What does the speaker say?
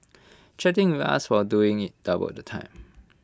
chatting with us while doing IT doubled the time